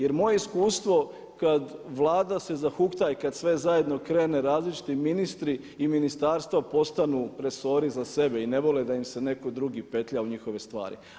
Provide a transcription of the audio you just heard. Jer moje iskustvo kad Vlada se zahukta i kad sve zajedno krene različiti ministri i ministarstva postanu resori za sebe i ne vole da im se netko drugi petlja u njihove stvari.